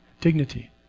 dignity